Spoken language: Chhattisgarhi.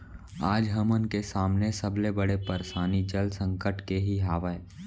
आज हमन के सामने सबले बड़े परसानी जल संकट के ही हावय